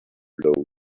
blow